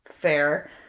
fair